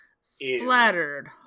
splattered